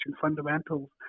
fundamentals